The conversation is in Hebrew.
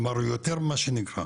כלומר הוא יותר ממה שנקבע,